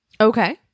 okay